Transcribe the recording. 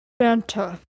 Santa